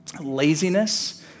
laziness